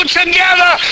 together